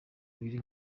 abiri